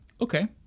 Okay